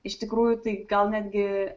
iš tikrųjų tai gal netgi